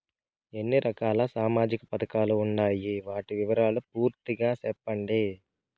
ఎన్ని రకాల సామాజిక పథకాలు ఉండాయి? వాటి వివరాలు పూర్తిగా సెప్పండి?